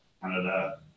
Canada